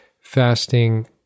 fasting